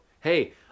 hey